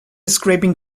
scraping